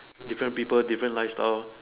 different people different lifestyle